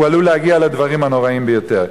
הוא עלול להגיע לדברים הנוראים ביותר.